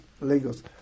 Lagos